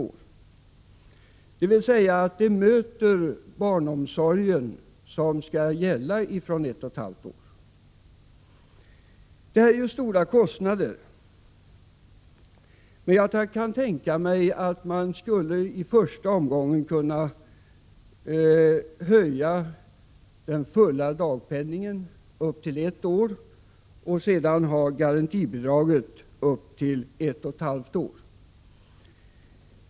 Därmed möter föräldraförsäkringen barnomsorgen, som skall gälla från ett och ett halvt år. Det är fråga om stora kostnader, men i första omgången skulle den fulla dagpenningen kunna höjas från nio månader till ett år och garantibidraget till att gälla till ett och ett halvt år.